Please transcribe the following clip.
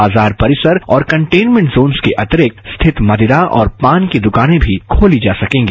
बाजार परिसर और कंटेन्मेंट जोन के अतिरिक्त रिथित मदिरा और पान की दुकाने भी खोली जा सकेंगी